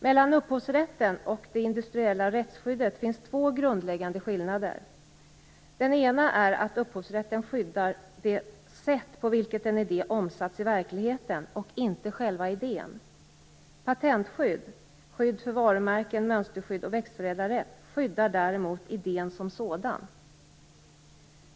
Mellan upphovsrätten och det industriella rättsskyddet finns två grundläggande skillnader. Den ena är att upphovsrätten skyddar det sätt på vilket en idé omsatts i verkligheten och inte själva idén. Patentskydd, skydd för varumärken, mönsterskydd och växtförädlarrätt skyddar däremot idén som sådan.